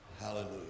Hallelujah